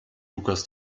lukas